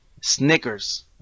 Snickers